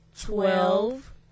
twelve